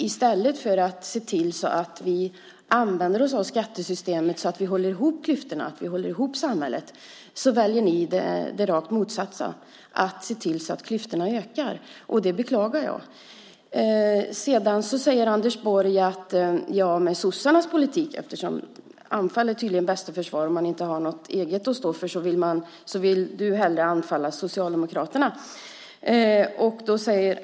I stället för att se till att använda skattesystemet för att minska klyftorna och hålla ihop samhället väljer ni det rakt motsatta, nämligen att se till att klyftorna ökar. Det beklagar jag. Anfall är tydligen bästa försvar. Och när man inte har något eget att stå för väljer Anders Borg att anfalla Socialdemokraterna.